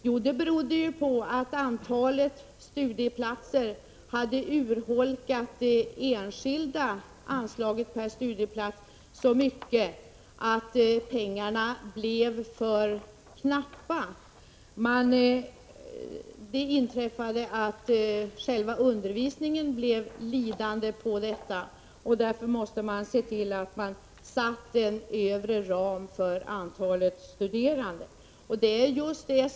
Jo, det berodde på att kvaliteten på utbildningen urholkades på grund av att anslagen per studieplats blev för knappa. Själva undervisningen blev lidande av detta, och därför måste man sätta en övre gräns för antalet studerande.